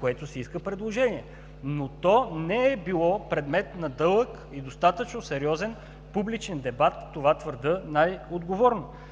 което си иска предложение, но то не е било предмет на дълъг и достатъчно сериозен публичен дебат. Това твърдя най-отговорно.